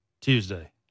Tuesday